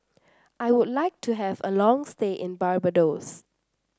I would like to have a long stay in Barbados